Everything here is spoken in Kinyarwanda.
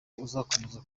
uzakomeza